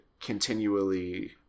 continually